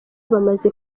bamaze